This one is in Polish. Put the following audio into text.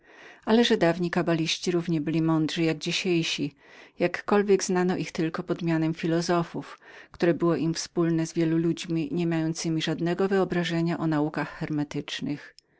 ale że dawni kabaliści równie byli mądrzy jak dzisiejsi jakkolwiek znano ich tylko pod mianem filozofów które było im wspólnem z wielą ludźmi niemającymi żadnego wyobrażenia o naukach hermetycznych